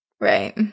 right